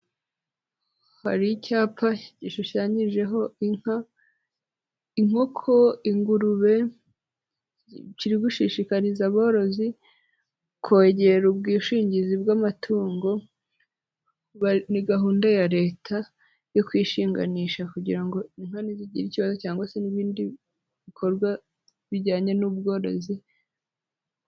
Hari icyapa gishushanyijeho inka, inkoko, ingurube, kiri gushishikariza aborozi kogera ubwishingizi bw'amatungo, ni gahunda ya Leta yo kwishinganisha kugira ngo inka nizigira ikibazo cyangwa se n'ibindi bikorwa bijyanye n'ubworozi.